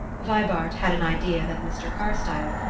vibart had an idea that mr. carstyle,